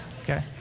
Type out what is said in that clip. okay